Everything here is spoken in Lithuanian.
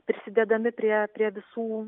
prisidėdami prie prie visų